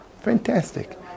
Fantastic